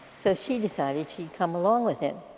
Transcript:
so she decided she'd come along with him.